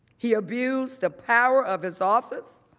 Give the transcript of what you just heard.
he abused the power of his office.